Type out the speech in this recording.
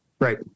Right